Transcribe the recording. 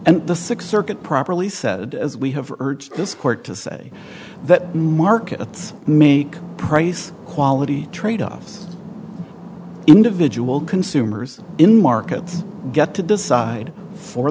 and the six circuit properly said as we have heard this court to say that markets make price quality tradeoffs individual consumers in markets get to decide for